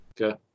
Okay